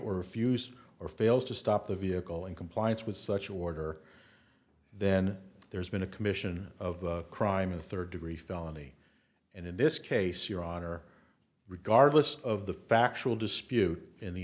or fails to stop the vehicle in compliance with such order then there's been a commission of crime a third degree felony and in this case your honor regardless of the factual dispute in the